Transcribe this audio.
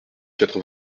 quatre